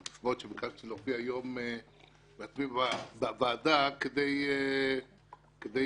ביקשתי להופיע היום בעצמי בוועדה כדי